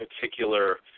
particular